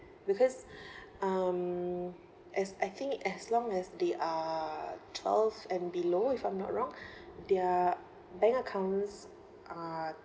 because um as I think as long as they are twelve and below if I'm not wrong their bank accounts are